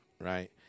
right